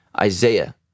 Isaiah